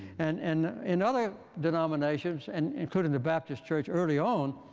and and in other denominations and including the baptist church early on,